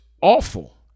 awful